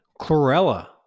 Chlorella